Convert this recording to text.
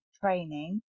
training